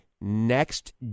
Next